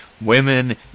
Women